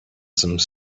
some